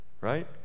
right